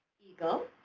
eagle,